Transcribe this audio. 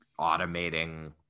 automating